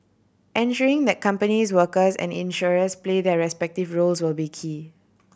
ensuring that companies workers and insurers play their respective roles will be key